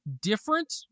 different